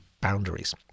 boundaries